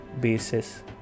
basis